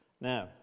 Now